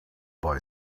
boy